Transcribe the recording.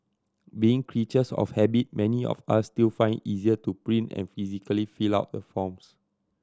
being creatures of habit many of us still find easier to print and physically fill out the forms